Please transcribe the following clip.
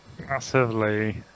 massively